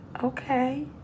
okay